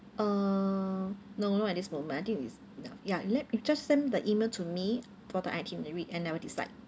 uh no not at this moment I think it's enough ya let you just send the email to me for the itinerary and I will decide